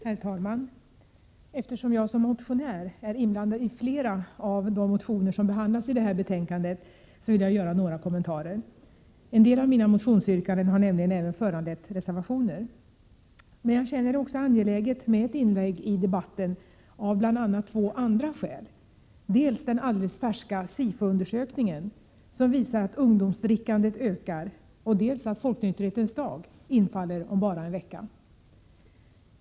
Herr talman! Eftersom jag som motionär är inblandad i flera av de motioner som behandlas i det här betänkandet, vill jag göra några kommentarer. En del av mina motionsyrkanden har nämligen även föranlett reservationer. Men jag känner det angeläget med ett inlägg i debatten också av bl.a. två andra skäl: dels den alldeles färska SIFO-undersökningen som visar att ungdomsdrickandet ökar, dels att Folknykterhetens dag infaller om bara en vecka.